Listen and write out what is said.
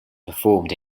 performed